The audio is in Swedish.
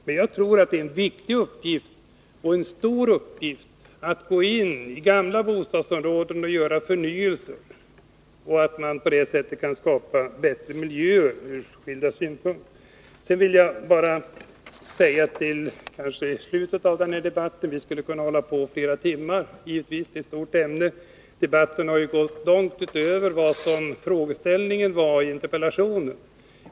Men jag tror att det är en viktig och stor uppgift att förnya gamla bostadsområden och på så sätt från skilda synpunkter skapa bättre miljöer. Vi skulle kunna fortsätta den här debatten flera timmar. Det är ett stort ämne, och debatten har gått långt utöver frågeställningen i interpellationen.